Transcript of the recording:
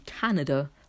Canada